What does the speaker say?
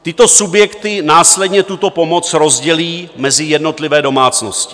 Tyto subjekty následně tuto pomoc rozdělí mezi jednotlivé domácnosti.